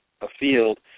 afield